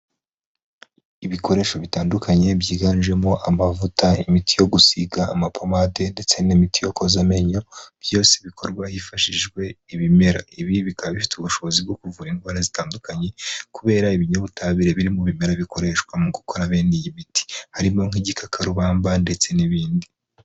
Ibikoresho bitandukanye byiganjemo amavuta, imiti yo gusiga, amapomade, ndetse n'imiti yo koza amenyo, byose bikorwa hifashishijwe ibimera. Ibi bikaba bifite ubushobozi bwo kuvura indwara zitandukanye, kubera ibinyabutabire biri mu bimera bikoreshwa mu gukora bene iyi biti; harimo nk'igikakarubamba ndetse n'ibindi.